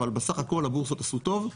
אבל בסך הכל הבורסות עשו טוב,